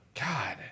God